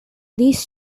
these